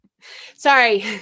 sorry